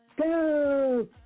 go